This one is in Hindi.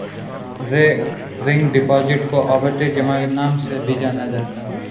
रेकरिंग डिपॉजिट को आवर्ती जमा के नाम से भी जाना जाता है